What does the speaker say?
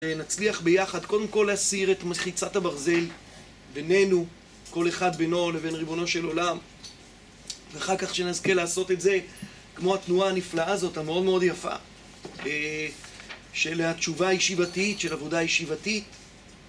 נצליח ביחד, קודם כל, להסיר את מחיצת הברזל בינינו, כל אחד בינו לבין ריבונו של עולם ואחר כך שנזכה לעשות את זה, כמו התנועה הנפלאה הזאת, המאוד מאוד יפה של התשובה הישיבתית, של עבודה ישיבתית